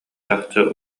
чахчы